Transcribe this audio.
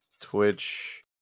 Twitch